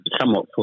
somewhat